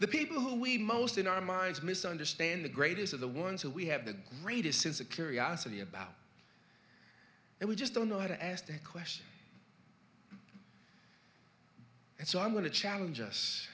the people who we most in our minds misunderstand the greatest of the ones who we have the greatest since a curiosity about it we just don't know how to ask that question and so i'm going to challenge us